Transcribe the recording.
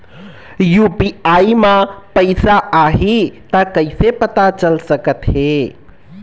UPI म पैसा आही त कइसे पता चल सकत हे?